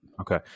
Okay